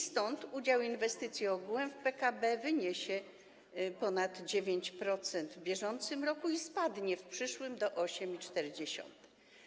Stąd udział inwestycji ogółem w PKB wyniesie ponad 9% w bieżącym roku i spadnie w przyszłym do 8,4%.